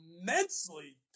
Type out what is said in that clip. immensely